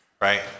Right